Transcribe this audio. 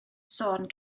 sôn